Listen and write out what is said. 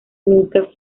nunca